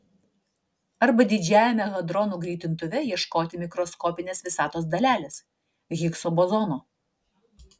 arba didžiajame hadronų greitintuve ieškoti mikroskopinės visatos dalelės higso bozono